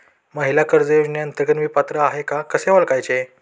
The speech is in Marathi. महिला कर्ज योजनेअंतर्गत मी पात्र आहे का कसे ओळखायचे?